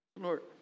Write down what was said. Lord